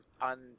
On